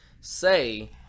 say